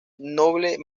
noble